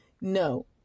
No